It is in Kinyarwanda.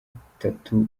itatu